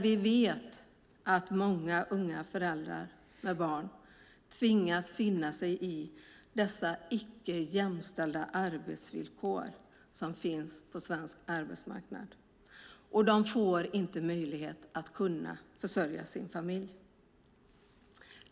Vi vet att många unga föräldrar med barn tvingas finna sig i dessa icke jämställda arbetsvillkor som finns på svensk arbetsmarknad, och de får inte möjlighet att försörja sin familj.